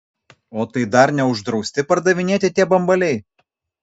o tai dar neuždrausti pardavinėti tie bambaliai